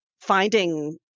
finding